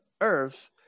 earth